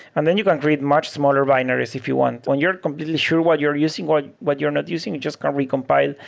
and then you can create much smaller binaries if you want. when you're completely sure what you're using, what what you're not using, you just can't recompile.